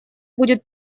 будет